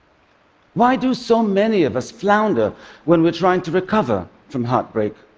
why do so many of us flounder when we're trying to recover from heartbreak?